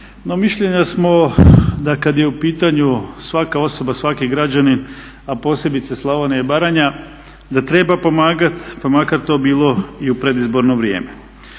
mišljenja samo da kad je u pitanju svaka osoba, svaki građanin a posebice Slavonija i Baranja da treba pomagati pa makar to bilo i u predizborno vrijeme.